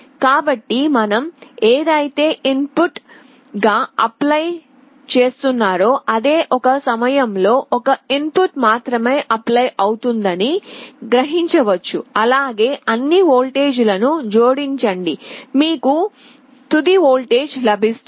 కాబట్టి మనం ఏదయితే ఇన్ ఫుట్ గా అప్లై చేస్తున్నారో అది ఒక సమయంలో ఒక ఇన్ పుట్ మాత్రమే అప్లై అవుతుందని గ్రహించవచ్చుఅలాగే అన్నివోల్టేజ్ లను జోడించండి మీకు తుది వోల్టేజ్ లభిస్తుంది